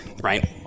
right